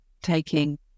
taking